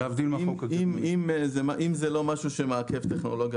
אם זה לא משהו שמעכב טכנולוגיה